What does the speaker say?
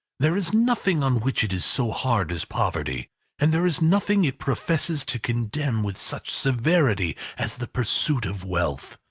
there is nothing on which it is so hard as poverty and there is nothing it professes to condemn with such severity as the pursuit of wealth!